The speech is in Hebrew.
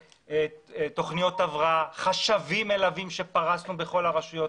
תוכניות הבראה, חשבים מלווים שפרשנו בכל הרשויות.